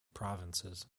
provinces